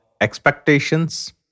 expectations